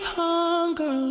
hunger